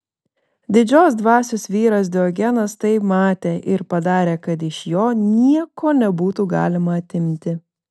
didžios dvasios vyras diogenas tai matė ir padarė kad iš jo nieko nebūtų galima atimti